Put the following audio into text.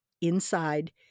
inside